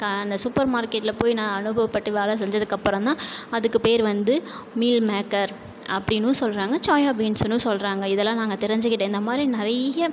கா அந்த சூப்பர் மார்க்கெட்டில் போய் நான் அனுபவப்பட்டு வேலை செஞ்சதுக்கப்புறம் தான் அதுக்கு பேர் வந்து மீல்மேக்கர் அப்படினும் சொல்கிறாங்க சோயாபீன்ஸுனும் சொல்கிறாங்க இதெலாம் நான் அங்கே தெரிஞ்சுக்கிட்டேன் இந்த மாதிரி நிறைய